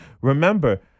Remember